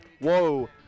whoa